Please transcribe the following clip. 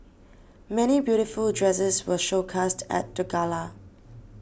many beautiful dresses were showcased at the gala